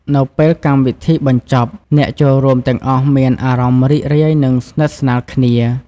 នៅពេលកម្មវិធីបញ្ចប់ អ្នកចូលរួមទាំងអស់មានអារម្មណ៍រីករាយ និងស្និទស្នាលគ្នា។